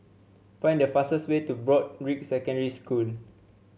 find the fastest way to Broadrick Secondary School